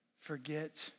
forget